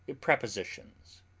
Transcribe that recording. Prepositions